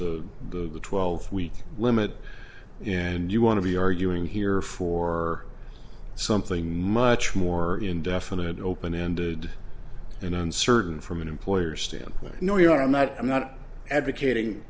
the twelve week limit in and you want to be arguing here for something much more indefinite open ended and uncertain from an employer's standpoint no you are not i'm not advocating